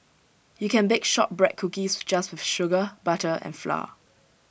you can bake Shortbread Cookies just with sugar butter and flour